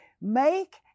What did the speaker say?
Make